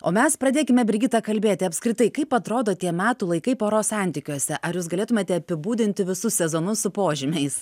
o mes pradėkime brigita kalbėti apskritai kaip atrodo tie metų laikai poros santykiuose ar jūs galėtumėte apibūdinti visus sezonus su požymiais